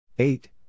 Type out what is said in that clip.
Eight